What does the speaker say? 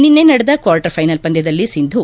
ನಿನ್ನೆ ನಡೆದ quarter final ಪಂದ್ಯದಲ್ಲಿ ಸಿಂಧು